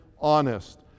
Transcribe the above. honest